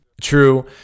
True